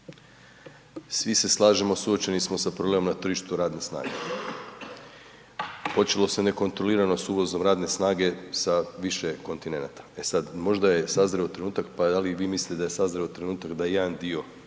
svi se slažemo, suočeni smo sa problemom na tržištu radne snage, počelo se nekontrolirano s uvozom radne snage sa više kontinenata. E sad, možda je sazrio trenutak, pa da li i vi mislite da je sazreo trenutak, da je jedan dio